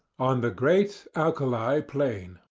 on the great alkali plain.